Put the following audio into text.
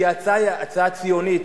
כי ההצעה היא הצעה ציונית,